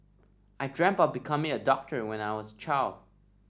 I dreamt of becoming a doctor when I was a child